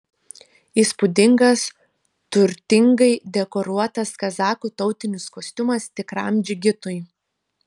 įspūdingas turtingai dekoruotas kazachų tautinis kostiumas tikram džigitui